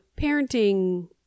parenting